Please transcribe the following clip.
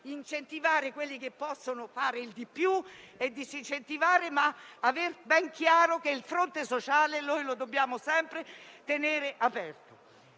incentivare quelli che possono fare di più e disincentivare in altri casi, ma avendo ben chiaro che il fronte sociale dobbiamo sempre tenerlo aperto.